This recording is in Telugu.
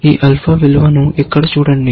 ఈ ఆల్ఫా విలువను ఇక్కడ చూడండి